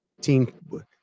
team